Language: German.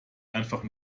einfach